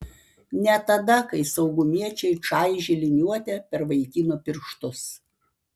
ne tada kai saugumiečiai čaižė liniuote per vaikino pirštus